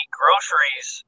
groceries